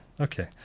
okay